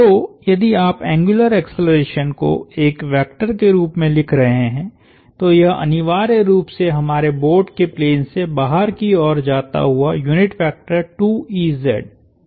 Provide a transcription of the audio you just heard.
तो यदि आप एंग्युलर एक्सेलरेशन को एक वेक्टर के रूप में लिख रहे हैं तो यह अनिवार्य रूप से हमारे बोर्ड के प्लेन से बाहर की ओर जाता हुआ यूनिट वेक्टर था